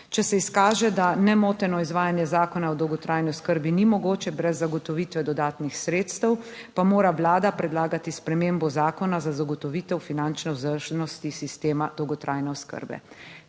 Če se izkaže, da nemoteno izvajanje Zakona o dolgotrajni oskrbi ni mogoče brez zagotovitve dodatnih sredstev, pa mora Vlada predlagati spremembo zakona za zagotovitev finančne vzdržnosti sistema dolgotrajne oskrbe.